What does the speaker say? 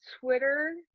twitter